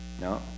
No